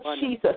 Jesus